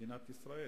במדינת ישראל.